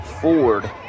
Ford